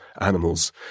animals